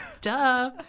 Duh